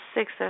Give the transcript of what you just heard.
Six